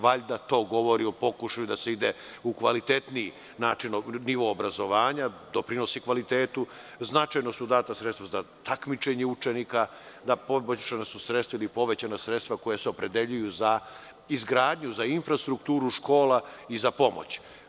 Valjda to govori o pokušaju da se ide u kvalitetniji način obrazovanja, doprinosi kvalitetu, značajno su data sredstva za takmičenje učenika, poboljšana su sredstva ili povećana su sredstva koja se opredeljuju za izgradnju, za infrastrukturu škola i za pomoć.